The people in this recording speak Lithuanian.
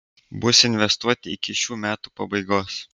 bus investuoti iki šių metų pabaigos